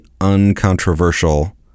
uncontroversial